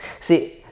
see